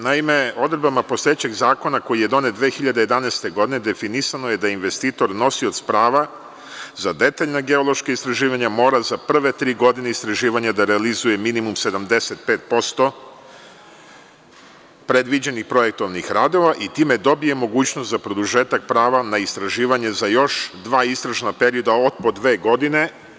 Naime, odredbama postojećeg zakona koji je donet 2011. godine definisano je da je investitor nosilac prava za detaljna geološka istraživanja, mora za prve tri godine istraživanja da realizuje minimum 75% predviđenih projektovnih radova i time dobije mogućnost za produžetak prava na istraživanje za još dva istražna perioda od po dve godine.